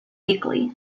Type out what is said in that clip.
weekly